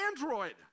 Android